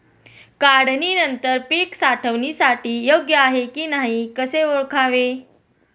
काढणी नंतर पीक साठवणीसाठी योग्य आहे की नाही कसे ओळखावे?